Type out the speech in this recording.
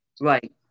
Right